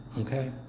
okay